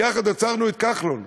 יחד עצרנו את כחלון.